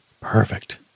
Perfect